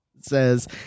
says